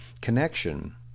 connection